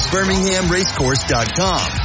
BirminghamRacecourse.com